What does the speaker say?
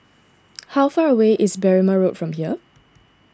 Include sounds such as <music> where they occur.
<noise> how far away is Berrima Road from here